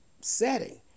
setting